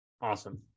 Awesome